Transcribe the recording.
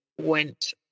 went